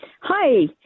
Hi